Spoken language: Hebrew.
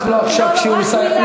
לא עכשיו, כשהוא יסיים.